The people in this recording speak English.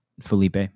Felipe